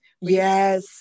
Yes